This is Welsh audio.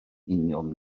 union